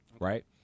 right